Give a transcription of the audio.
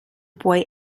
boy